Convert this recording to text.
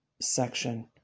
section